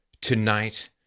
tonight